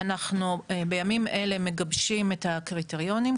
אנחנו בימים אלה מגבשים את הקריטריונים.